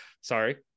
Sorry